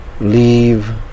leave